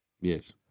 Yes